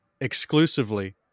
exclusively